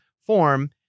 form